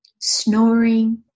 snoring